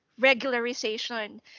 regularization